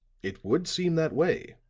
it would seem that way,